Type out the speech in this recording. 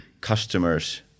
customers